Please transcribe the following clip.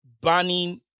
banning